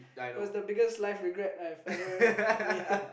was the biggest life regret I've ever made